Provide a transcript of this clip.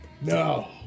No